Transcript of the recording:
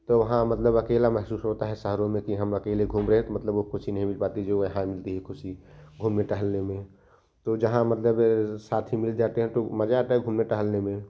तो वहाँ मतलब अकेला महसूस होता है शहरों में कि हम अकेले घूम रहें तो मतलब वह ख़ुशी नहीं मिल पाती जो हम दी ख़ुशी घूमने टहलने में तो जहाँ मतलब साथी मिल जाते हैं तो मज़ा आता है घूमने टहलने में